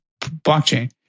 blockchain